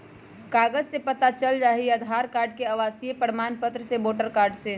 कागज से पता चल जाहई, आधार कार्ड से, आवासीय प्रमाण पत्र से, वोटर कार्ड से?